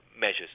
Measures